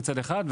מצד אחד,